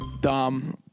Dom